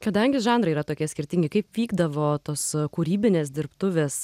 kadangi žanrai yra tokie skirtingi kaip vykdavo tos kūrybinės dirbtuvės